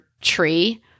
tree